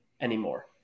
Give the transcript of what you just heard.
anymore